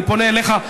אני פונה אליך,